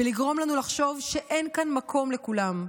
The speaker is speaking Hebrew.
בלגרום לנו לחשוב שאין כאן מקום לכולם,